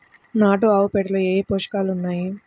నాటు ఆవుపేడలో ఏ ఏ పోషకాలు ఉన్నాయి?